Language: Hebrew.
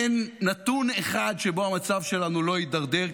אין נתון אחד שבו המצב שלנו לא הידרדר.